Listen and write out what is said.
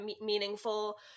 meaningful